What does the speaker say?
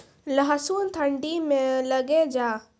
लहसुन ठंडी मे लगे जा?